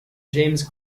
james